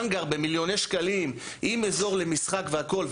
האנגר במיליוני שקלים עם אזור למשחק והכל,